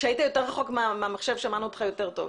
כשהיית יותר רחוק מהמחשב שמענו אותך יותר טוב.